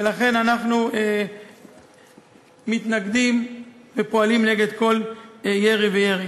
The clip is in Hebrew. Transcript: ולכן אנחנו מתנגדים ופועלים נגד כל ירי וירי.